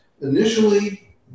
initially